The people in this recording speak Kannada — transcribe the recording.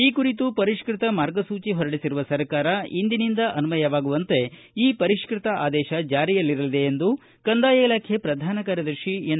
ಈ ಕುರಿತು ಪರಿಷ್ಟತ ಮಾರ್ಗಸೂಜಿ ಹೊರಡಿಸಿರುವ ಸರ್ಕಾರ ಇಂದಿನಿಂದ ಅನ್ವಯವಾಗುವಂತೆ ಈ ಪರಿಷ್ಟತ ಆದೇಶ ಜಾರಿಯಲ್ಲಿರಲಿದೆ ಎಂದು ಕಂದಾಯ ಇಲಾಖೆ ಪ್ರಧಾನ ಕಾರ್ಯದರ್ಶಿ ಎನ್